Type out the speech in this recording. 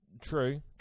True